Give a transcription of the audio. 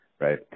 right